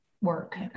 work